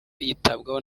yitabwaho